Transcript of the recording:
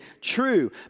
true